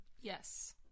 Yes